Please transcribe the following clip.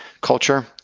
culture